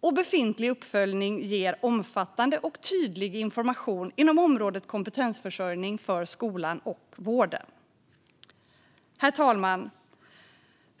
och befintlig uppföljning ger omfattande och tydlig information inom området kompetensförsörjning för både skolan och vården. Herr talman!